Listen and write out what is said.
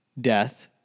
death